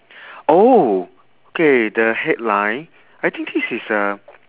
oh K the headline I think this is a